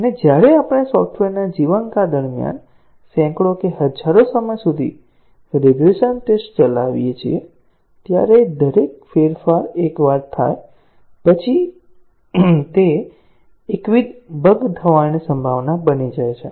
અને જ્યારે આપણે સોફ્ટવેરના જીવનકાળ દરમિયાન સેંકડો કે હજારો સમય સુધી રિગ્રેસન ટેસ્ટ ચલાવીએ છીએ ત્યારે દરેક ફેરફાર એકવાર થાય પછી તે એકવિધ બગ થવાની સંભાવના બની જાય છે